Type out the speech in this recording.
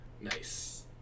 Nice